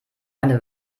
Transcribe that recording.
eine